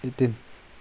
eighteen